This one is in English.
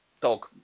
dog